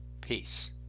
Peace